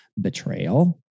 Betrayal